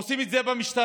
עושים את זה במשטרה,